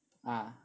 ah